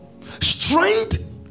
Strength